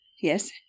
yes